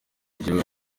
igihugu